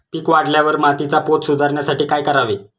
पीक काढल्यावर मातीचा पोत सुधारण्यासाठी काय करावे?